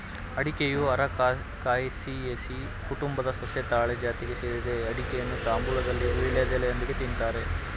ಅಡಿಕೆಯು Arecaceae ಕುಟುಂಬದ ಸಸ್ಯ ತಾಳೆ ಜಾತಿಗೆ ಸೇರಿದೆ ಅಡಿಕೆಯನ್ನು ತಾಂಬೂಲದಲ್ಲಿ ವೀಳ್ಯದೆಲೆಯೊಂದಿಗೆ ತಿನ್ತಾರೆ